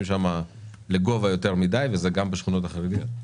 שם לגובה יותר מדי וזה גם בשכונות החרדיות.